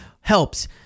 helps